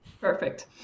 Perfect